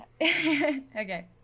Okay